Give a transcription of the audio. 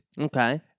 Okay